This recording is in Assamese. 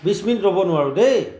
বিছ মিনিট ৰ'ব নোৱাৰোঁ দেই